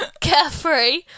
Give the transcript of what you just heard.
carefree